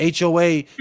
HOA